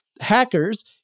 Hackers